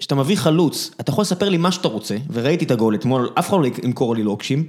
כשאתה מביא חלוץ, אתה יכול לספר לי מה שאתה רוצה וראיתי את הגול אתמול, אף אחד לא קורא לי לוקשים